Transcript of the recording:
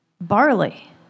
barley